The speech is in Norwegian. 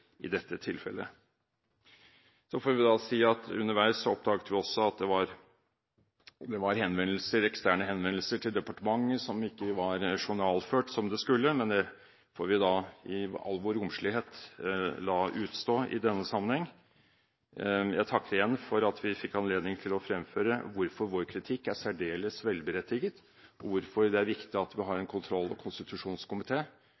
i dette tilfellet. Underveis oppdaget vi også at det var eksterne henvendelser til departementet som ikke var journalført, slik de skulle vært. Men i all vår romslighet får vi la det utestå i denne sammenhengen. Jeg takker igjen for at vi fikk anledning til fremføre hvorfor vår kritikk er særdeles velberettiget, og hvorfor det er viktig at vi har